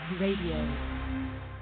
Radio